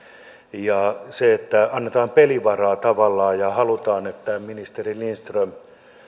ja se että annetaan tavallaan pelivaraa ja halutaan että ministeri lindström